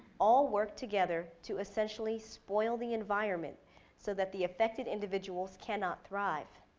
all work together to essentially spoil the environment so that the affected individuals cannot thrive.